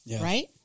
right